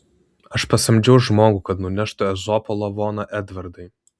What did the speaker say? aš pasamdžiau žmogų kad nuneštų ezopo lavoną edvardai